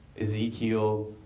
Ezekiel